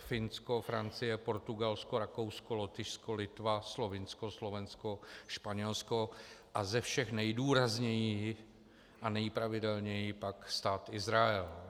Finsko, Francie, Portugalsko, Rakousko, Lotyšsko, Litva, Slovinsko, Slovensko, Španělsko a ze všech nejdůrazněji a nejpravidelněji pak Stát Izrael.